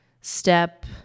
Step